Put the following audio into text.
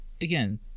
again